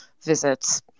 visits